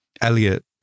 Elliot